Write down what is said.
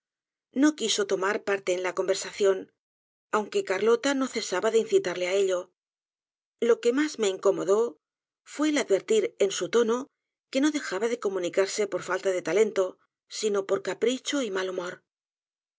no quiso tomar parte en la conversación aunque carlota no cesaba de incitarle á ello lo que mas me incomodó fue el advertir en su tono que no dejaba de comunicarse por íalta de talento sino por capricho y mal humor